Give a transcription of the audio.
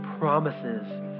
promises